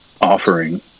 offering